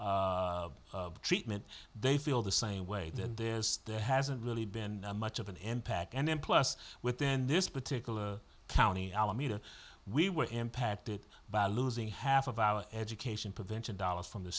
treatment they feel the same way and there's there hasn't really been much of an impact and then plus within this particular county alameda we were impacted by losing half of our education prevention dollars from the